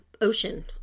ocean